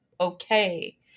okay